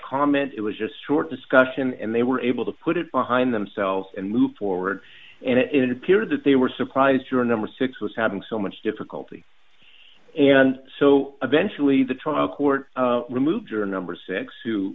comment it was just short discussion and they were able to put it behind themselves and move forward and it appeared that they were surprised your number six was having so much difficulty and so eventually the trial court removed juror number six